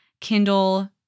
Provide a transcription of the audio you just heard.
Kindle